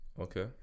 Okay